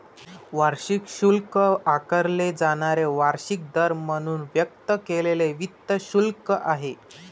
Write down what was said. वार्षिक शुल्क आकारले जाणारे वार्षिक दर म्हणून व्यक्त केलेले वित्त शुल्क आहे